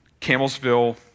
Camelsville